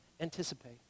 anticipate